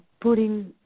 putting